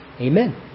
Amen